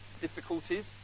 difficulties